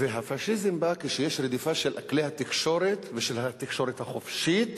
הפאשיזם בא כשיש רדיפה של כלי התקשורת ושל התקשורת החופשית.